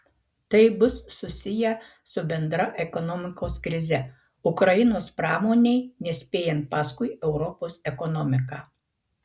tai bus susiję su bendra ekonomikos krize ukrainos pramonei nespėjant paskui europos ekonomiką